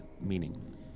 meaning